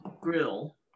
grill